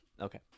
Okay